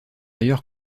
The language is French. ailleurs